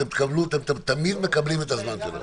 אתם תמיד מקבלים את הזמן שלכם.